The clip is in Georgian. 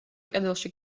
კედელში